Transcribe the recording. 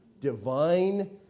divine